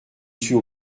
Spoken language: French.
suis